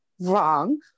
wrong